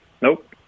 Nope